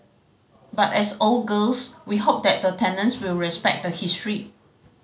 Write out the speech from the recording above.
but as old girls we hope that the tenants will respect the history